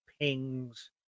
pings